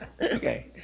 Okay